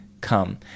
come